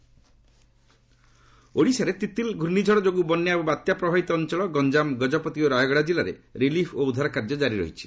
Odisha cyclone ଓଡ଼ିଶାରେ ତିତ୍ଲି ପୂର୍ଷ୍ଣିଝଡ଼ ଯୋଗୁଁ ବନ୍ୟା ଏବଂ ବାତ୍ୟା ପ୍ରଭାବିତ ଅଞ୍ଚଳ ଗଞ୍ଜାମ ଗଜପତି ଓ ରାୟଗଡ଼ା ଜିଲ୍ଲାରେ ରିଲିଫ୍ ଓ ଉଦ୍ଧାର କାର୍ଯ୍ୟ ଜାରି ରହିଛି